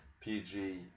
PG